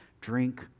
Drink